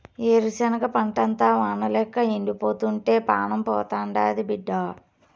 ఏరుశనగ పంటంతా వానల్లేక ఎండిపోతుంటే పానం పోతాండాది బిడ్డా